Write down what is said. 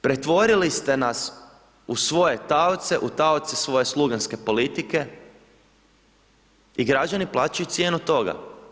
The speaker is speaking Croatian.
Pretvorili ste nas u svoje taoce, u taoce svoje sluganske politike i građani plaćaju cijenu toga.